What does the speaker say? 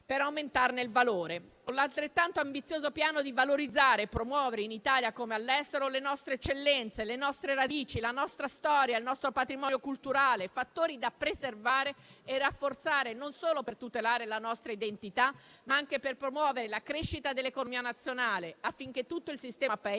per aumentarne il valore. Altrettanto ambizioso è il piano di valorizzare e promuovere, in Italia come all'estero, le nostre eccellenze, le nostre radici, la nostra storia, il nostro patrimonio culturale, fattori da preservare e rafforzare, non solo per tutelare la nostra identità, ma anche per promuovere la crescita dell'economia nazionale, affinché tutto il sistema Paese